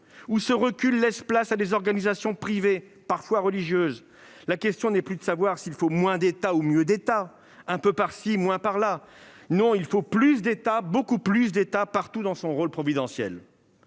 où ce recul laisse place à des organisations privées, parfois religieuses. La question n'est plus de savoir s'il faut moins d'État ou mieux d'État, un peu plus par-ci, un peu moins par-là ! Non, il faut, partout, plus, beaucoup plus d'État dans son rôle providentiel.